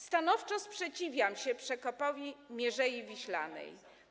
Stanowczo sprzeciwiam się przekopowi Mierzei Wiślanej.